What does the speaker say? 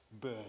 burn